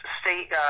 State